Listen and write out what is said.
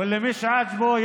ומי שלא מוצא חן בעיניו,